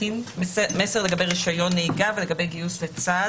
מסר לגבי רישיון נהיגה ולגבי גיוס לצה"ל